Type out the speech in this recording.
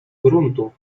gruntu